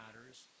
matters